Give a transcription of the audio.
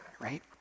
right